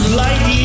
light